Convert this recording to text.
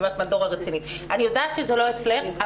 אני יודעת שזה לא אצלך,